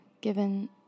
given